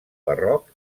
barroc